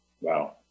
Wow